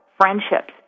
friendships